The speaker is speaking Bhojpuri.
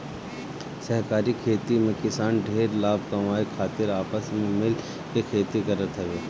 सहकारी खेती में किसान ढेर लाभ कमाए खातिर आपस में मिल के खेती करत हवे